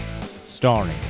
Starring